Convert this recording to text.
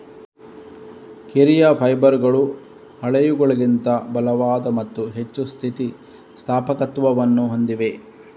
ಕಿರಿಯ ಫೈಬರ್ಗಳು ಹಳೆಯವುಗಳಿಗಿಂತ ಬಲವಾದ ಮತ್ತು ಹೆಚ್ಚು ಸ್ಥಿತಿ ಸ್ಥಾಪಕತ್ವವನ್ನು ಹೊಂದಿವೆ